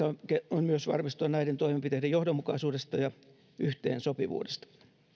on myös varmistua näiden toimenpiteiden johdonmukaisuudesta ja yhteensopivuudesta